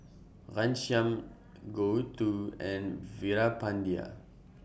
Ghanshyam Gouthu and Veerapandiya